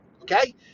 okay